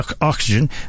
oxygen